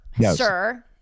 sir